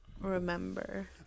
remember